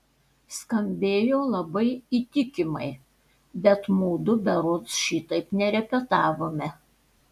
skambėjo labai įtikimai bet mudu berods šitaip nerepetavome